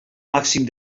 màxim